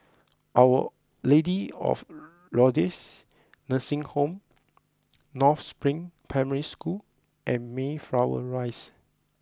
Our Lady of Lourdes Nursing Home North Spring Primary School and Mayflower Rise